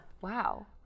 Wow